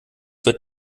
wird